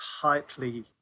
tightly